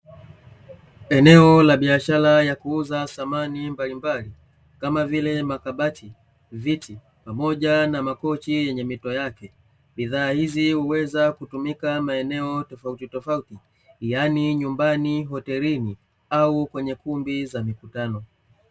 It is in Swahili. Eneo la biashara ya kuuza samani mbalimbali, kama vile makabati, viti pamoja na makochi yenye mito yake, bidhaa hizi huweza Kutumika maeneo tofautitofauti, yaani kama vile nyumbani, hotelini au kwenye kumbi za mikutano.